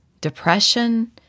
depression